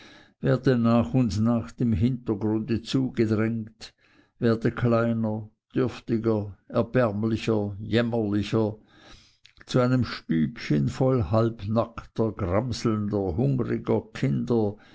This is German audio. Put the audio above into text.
werde nach und nach dem hintergrunde zugedrängt werde kleiner dürftiger erbärmlicher jämmerlicher zu einem stübchen voll halbnackter gramselnder hungriger kinder